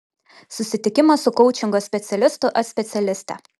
susitikimas su koučingo specialistu ar specialiste